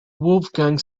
wolfgang